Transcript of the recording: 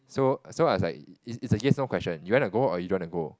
so so I was like it's a yes no question you wanna go or you don't wanna go